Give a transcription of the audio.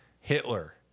Hitler